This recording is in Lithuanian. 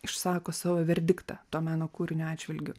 išsako savo verdiktą to meno kūrinio atžvilgiu